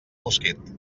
mosquit